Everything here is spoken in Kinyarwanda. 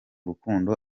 rukundo